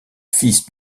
fils